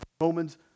Romans